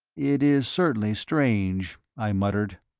it is certainly strange, i muttered.